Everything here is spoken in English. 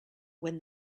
when